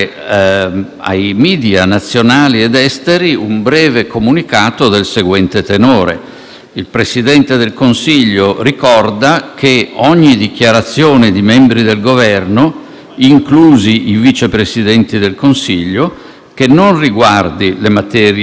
«Il Presidente del Consiglio ricorda che ogni dichiarazione di membri del Governo, inclusi i Vice Presidenti del Consiglio, che non riguardi le materie di loro rispettiva competenza, non rappresenta la posizione del Governo italiano.